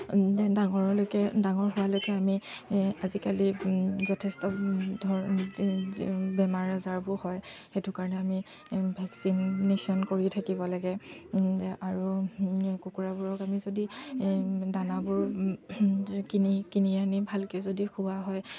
ডাঙৰলৈকে ডাঙৰ হোৱালৈকে আমি আজিকালি যথেষ্ট ধৰ বেমাৰ আজাৰবোৰ হয় সেইটো কাৰণে আমি ভেকচিনেশ্যন কৰিয়ে থাকিব লাগে আৰু কুকুৰাবোৰক আমি যদি দানাবোৰ কিনি কিনি আনি ভালকৈ যদি খোওৱা হয়